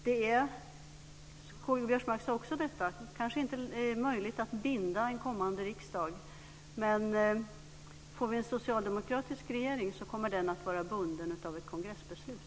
K-G Biörsmark sade att det kanske inte är möjligt att binda en kommande riksdag. Får vi en socialdemokratisk regering kommer den att vara bunden av ett kongressbeslut.